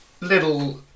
little